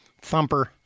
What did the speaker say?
thumper